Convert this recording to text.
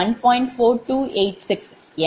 4286